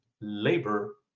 labor